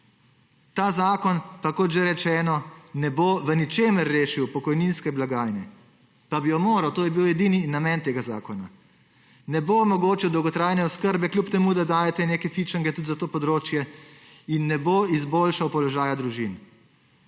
Ta zakon pa, kot že rečeno, ne bo v ničemer rešil pokojninske blagajne; pa bi jo moral, to je bil edini namen tega zakona. Ne bo omogočil dolgotrajne oskrbe, kljub temu, da dajete neke fičnike tudi za to področje, in ne bo izboljšal položaja družin.